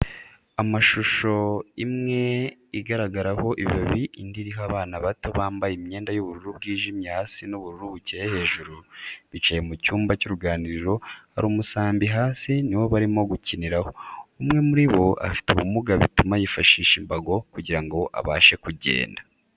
Amashusho imwe igaragaraho ibibabi indi iriho abana bato bambaye imyenda y'ubururu bwijimye hasi n'ubururu bukeye hejuru, bicaye mu cyumba cy'uruganiriro hari umusambi hasi ni wo barimo gukiniraho, umwe muri bo afite ubumuga bituma yifashisha imbago kugira ngo abashe kugenda.